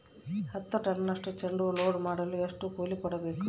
ಹತ್ತು ಟನ್ನಷ್ಟು ಚೆಂಡುಹೂ ಲೋಡ್ ಮಾಡಲು ಎಷ್ಟು ಕೂಲಿ ಕೊಡಬೇಕು?